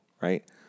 Right